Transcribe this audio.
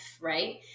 right